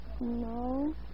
No